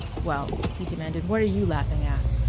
well, he demanded, what are you laughing at?